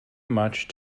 much